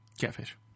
Catfish